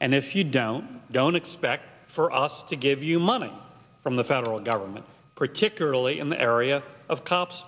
and if you don't don't expect for us to give you money from the federal government particularly in the area of cops